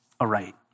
aright